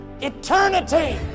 Eternity